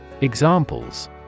Examples